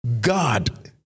God